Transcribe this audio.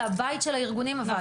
זה הבית של הארגונים הוועדה הזאת.